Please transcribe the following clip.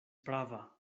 prava